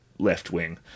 Left-wing